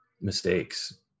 mistakes